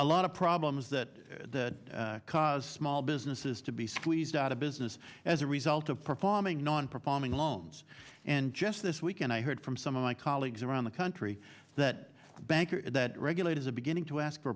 a lot of problems that caused small businesses to be squeezed out of business as a result of performing non performing loans and just this weekend i heard from some of my colleagues around the country that bank regulators are beginning to ask